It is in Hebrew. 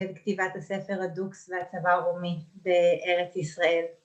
‫על כתיבת הספר הדוקס והצבא הרומי ‫בארץ ישראל.